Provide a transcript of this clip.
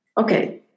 Okay